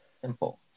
simple